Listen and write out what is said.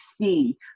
see